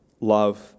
love